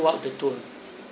~ughout the tour